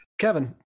Kevin